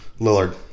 Lillard